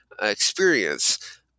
experience